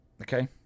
Okay